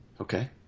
okay